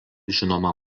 žinoma